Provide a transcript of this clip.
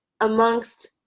amongst